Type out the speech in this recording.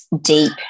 deep